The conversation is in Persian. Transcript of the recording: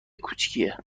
کوچیکیه